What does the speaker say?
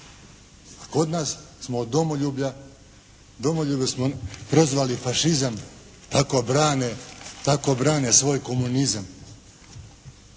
A kod nas smo od domoljublja, domoljublje smo prozvali fašizam kako brane svoj komunizam.